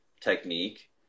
technique